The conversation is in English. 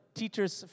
teacher's